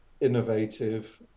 innovative